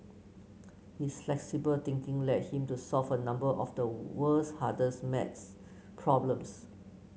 his flexible thinking led him to solve a number of the world's hardest maths problems